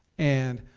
and,